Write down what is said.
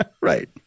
Right